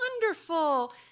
wonderful